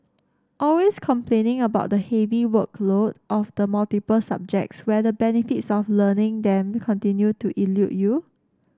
always complaining about the heavy workload of the multiple subjects where the benefits of learning them continue to elude you